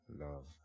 love